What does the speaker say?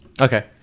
Okay